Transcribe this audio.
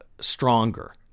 stronger